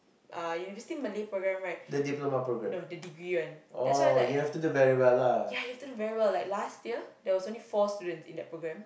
uh university Malay programme right no the degree one that's why like ya you have to do very well like last year there was only four students in that programme